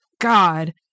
god